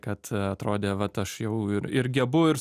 kad atrodė vat aš jau ir ir gebu ir